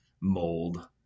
mold